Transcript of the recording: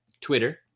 twitter